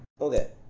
okay